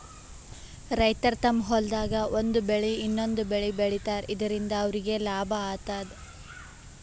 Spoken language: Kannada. ರೈತರ್ ತಮ್ಮ್ ಹೊಲ್ದಾಗ್ ಒಂದ್ ಬೆಳಿ ಇನ್ನೊಂದ್ ಬೆಳಿ ಬೆಳಿತಾರ್ ಇದರಿಂದ ಅವ್ರಿಗ್ ಲಾಭ ಆತದ್